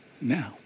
now